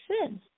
sin